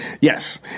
yes